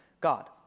God